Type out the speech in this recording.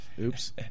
Oops